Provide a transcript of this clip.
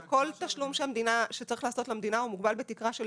כל תשלום שצריך לעשות למדינה הוא מוגבל בתקרה,